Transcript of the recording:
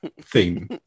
theme